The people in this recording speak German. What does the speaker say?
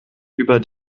über